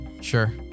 Sure